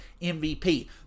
MVP